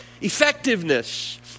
effectiveness